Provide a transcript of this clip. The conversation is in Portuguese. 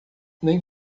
nem